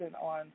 on